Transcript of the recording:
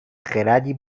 خردی